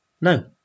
No